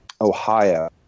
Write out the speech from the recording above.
Ohio